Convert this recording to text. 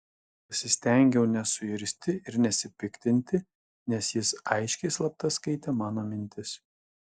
pasistengiau nesuirzti ir nesipiktinti nes jis aiškiai slapta skaitė mano mintis